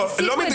לא.